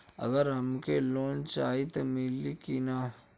अगर हमके लोन चाही त मिली की ना?